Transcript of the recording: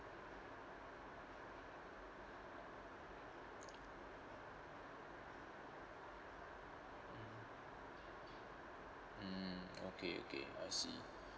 mm okay okay I see